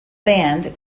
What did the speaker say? band